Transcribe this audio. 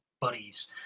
buddies